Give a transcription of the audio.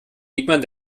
diekmann